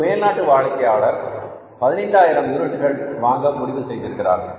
ஒரு மேல்நாட்டு வாடிக்கையாளர் 15000 யூனிட்டுகள் வாங்க முடிவு செய்திருக்கிறார்